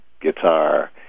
guitar